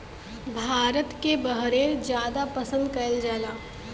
भारत के बहरे जादा पसंद कएल जाला